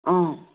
অঁ